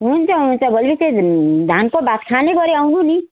हुन्छ हुन्छ भोलितिर धानको भात खाने गरी आउनु नि